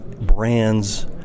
brands